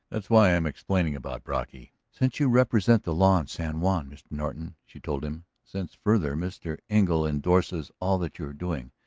that's why i am explaining about brocky. since you represent the law in san juan, mr. norton, she told him, since, further, mr. engle indorses all that you are doing,